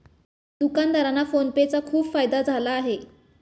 दुकानदारांना PhonePe चा खूप फायदा झाला आहे